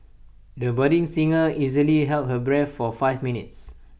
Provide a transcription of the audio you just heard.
the budding singer easily held her breath for five minutes